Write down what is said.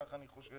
ככה אני חושב.